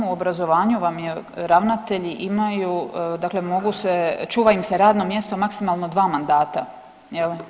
U obrazovanju vam ravnatelji imaju, dakle mogu se, čuva im se radno mjesto maksimalno 2 mandata jel.